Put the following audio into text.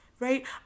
right